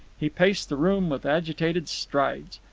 he paced the room with agitated strides.